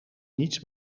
niets